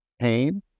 pain